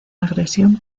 agresión